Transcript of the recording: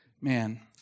Man